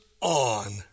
on